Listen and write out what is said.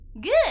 Good